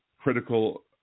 critical